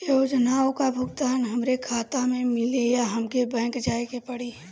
योजनाओ का भुगतान हमरे खाता में मिली या हमके बैंक जाये के पड़ी?